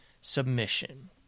submission